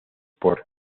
por